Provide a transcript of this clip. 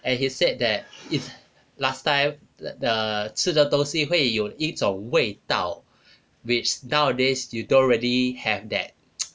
and he said that it's last time the 吃的东西会有一种味道 which nowadays you don't really have that